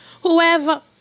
whoever